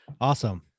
Awesome